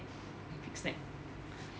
a big snack